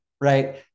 right